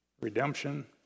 redemption